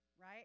Right